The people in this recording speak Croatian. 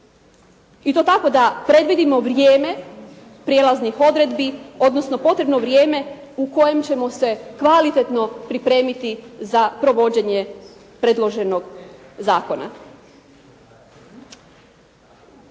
I to tako da predvidimo vrijeme prijelaznih odredbi odnosno potrebno vrijeme u kojem ćemo se kvalitetno pripremiti za provođenje predloženog zakona.